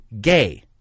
gay